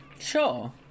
Sure